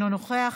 אינו נוכח.